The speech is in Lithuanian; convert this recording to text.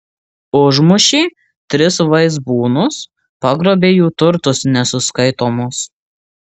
užmušė tris vaizbūnus pagrobė jų turtus nesuskaitomus